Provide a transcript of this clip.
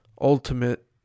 Ultimate